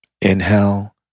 Inhale